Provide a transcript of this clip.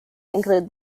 include